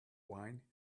wine